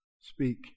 speak